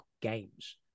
games